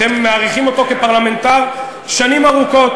אתם מעריכים אותו כפרלמנטר שנים ארוכות,